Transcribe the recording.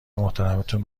محترمتون